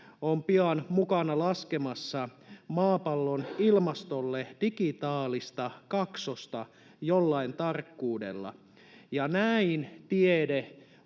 on pian mukana laskemassa maapallon ilmastolle digitaalista kaksosta jollain tarkkuudella. Näin tiede